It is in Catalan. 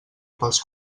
pels